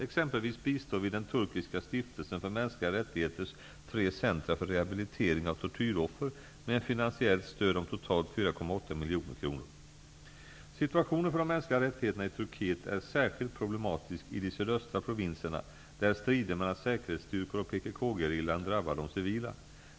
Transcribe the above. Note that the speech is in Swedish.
Exempelvis bistår vi den turkiska stiftelsen för mänskliga rättigheters tre centra för rehabilitering av tortyroffer med finansiellt stöd om totalt 4,8 Situationen för de mänskliga rättigheterna i Turkiet är särskilt problematisk i de sydöstra provinserna, där strider mellan säkerhetsstyrkor och PKK gerillan drabbar de civila.